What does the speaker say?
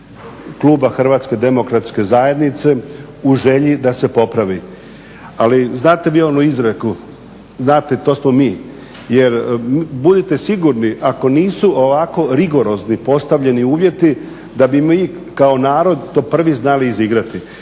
dobre namjere Kluba HDZ-a u želji da se popravi. Ali znate vi onu izreku, znate to smo mi. Jer budite sigurni ako nisu ovako rigorozno postavljeni uvjeti da bi mi kao narod to prvi znali izigrati